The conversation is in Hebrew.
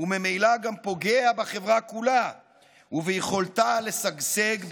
וממילא גם פוגע בחברה כולה וביכולתה לשגשג באמת.